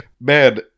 man